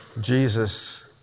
Jesus